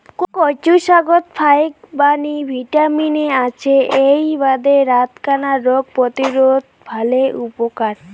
কচু শাকত ফাইকবাণী ভিটামিন এ আছে এ্যাই বাদে রাতকানা রোগ প্রতিরোধত ভালে উপকার